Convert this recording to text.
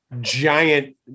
giant